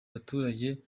baturage